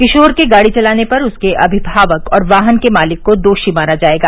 किशोर के गाड़ी चलाने पर उसके अभिभावक और वाहन के मालिक को दोषी माना जाएगा